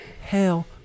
Hell